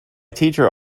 teacher